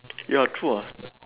ya true ah